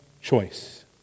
choice